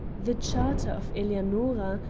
the charter of eleanora,